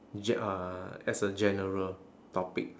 g~ uh as a general topic